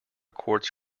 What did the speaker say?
quartz